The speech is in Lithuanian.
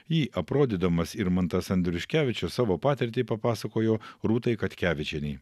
jį aprodydamas irmantas andriuškevičius savo patirtį papasakojo rūtai katkevičienei